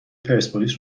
پرسپولیس